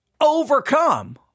overcome